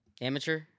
Amateur